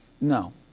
No